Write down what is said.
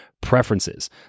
preferences